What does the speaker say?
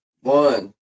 One